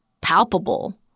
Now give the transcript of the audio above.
palpable